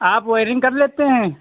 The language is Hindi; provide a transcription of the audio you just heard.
आप वैरिंग कर लेते हैं